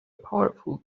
powerful